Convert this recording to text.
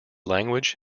language